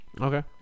Okay